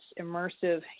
immersive